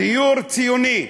דיור ציוני,